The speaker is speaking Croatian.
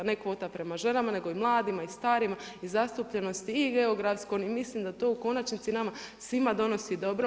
Ne kvota prema ženama nego i mladima i starima i zastupljenosti i geografskoj i mislim da to u konačnici nama svima donosi dobro.